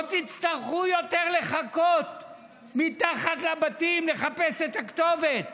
לא תצטרכו יותר לחכות מתחת לבתים לחפש את הכתובת.